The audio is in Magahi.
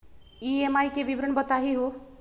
ई.एम.आई के विवरण बताही हो?